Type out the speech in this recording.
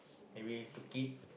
maybe to keep